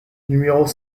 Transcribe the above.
numéros